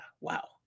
wow